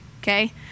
okay